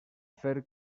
fer